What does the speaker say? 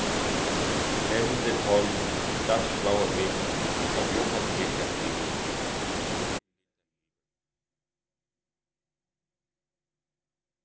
das schlaue mädchen